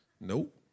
Nope